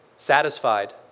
Satisfied